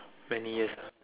many years